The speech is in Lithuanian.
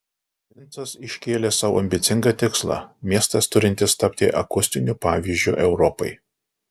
lincas iškėlė sau ambicingą tikslą miestas turintis tapti akustiniu pavyzdžiu europai